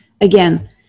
again